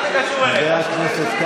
בבקשה לצאת החוצה.